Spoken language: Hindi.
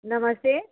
नमस्ते